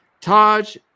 Taj